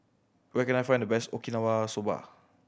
where can I find the best Okinawa Soba